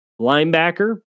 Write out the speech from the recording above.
linebacker